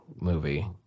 movie